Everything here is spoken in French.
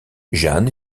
jeanne